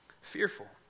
fearful